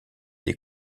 des